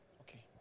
Okay